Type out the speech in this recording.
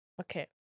Okay